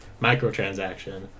microtransaction